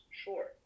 Sure